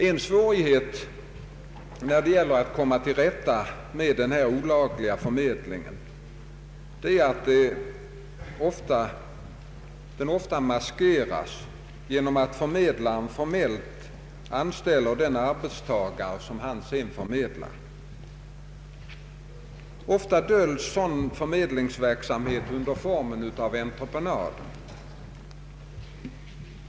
En svårighet när det gäller att komma till rätta med olaglig förmedling är att denna ofta maskeras genom att förmedlaren formellt anställer den arbetstagare som han sedan förmedlar. Sådan förmedlingsverksamhet döljs inte sällan under formen av entreprenad.